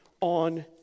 on